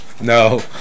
No